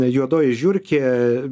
juodoji žiurkė